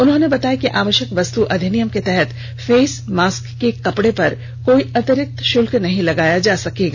उन्होंने बताया कि आवश्यक वेस्तु अधिनियम के तहत फेस मास्क के कपड़े पर कोई अतिरिक्त शुल्क नहीं लगाया जा सकेगा